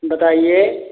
बताईये